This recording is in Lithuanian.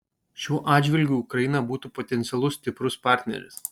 šiuo atžvilgiu ukraina būtų potencialus stiprus partneris